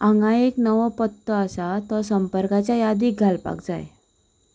हांगा एक नवो पत्तो आसा तो संपर्कांच्या यादींत घालपाक जाय